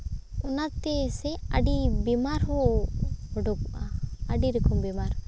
ᱚᱱᱟ ᱛᱮᱜᱮᱥᱮ ᱟᱹᱰᱤ ᱵᱤᱢᱟᱨ ᱦᱚᱸ ᱩᱰᱩᱠᱚᱜᱼᱟ ᱟᱹᱰᱤ ᱨᱚᱠᱚᱢ ᱵᱤᱢᱟᱨ